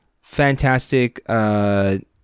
Fantastic